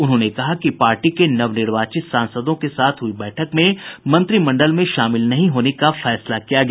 उन्होंने कहा कि पार्टी के नवनिर्वाचित सांसदों के साथ हुयी बैठक में मंत्रिमंडल में शामिल नहीं होने का फैसला किया गया